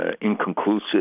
inconclusive